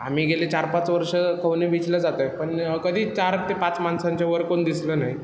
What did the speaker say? आम्ही गेले चार पाच वर्ष खवणे बीचला जातो आहे पण कधी चार ते पाच माणसांच्या वर कोण दिसलं नाही